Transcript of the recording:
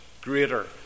greater